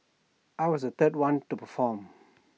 I was the third one to perform